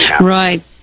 Right